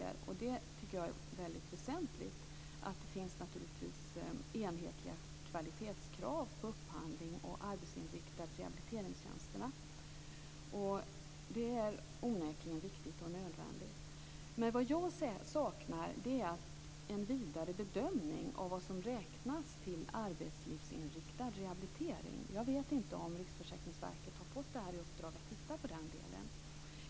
Det är naturligtvis väsentligt att det finns enhetliga kvalitetskrav på upphandling och de arbetslivsinriktade rehabiliteringstjänsterna. Det är onekligen viktigt och nödvändigt. Men jag saknar en vidare bedömning av vad som räknas till arbetslivsinriktad rehabilitering. Jag vet inte om Riksförsäkringsverket har fått i uppdrag att titta på den delen.